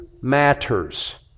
matters